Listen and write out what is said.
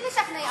בלי לשכנע אותי.